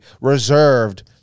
reserved